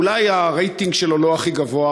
אולי הרייטינג שלו לא הכי גבוה,